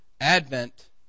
Advent